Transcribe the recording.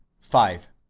five.